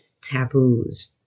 taboos